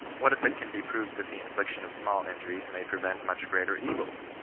what if it can be proved that the infliction of small injuries may pre vent much greater evils?